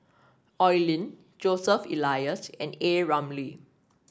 Oi Lin Joseph Elias and A Ramli